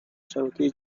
شبکه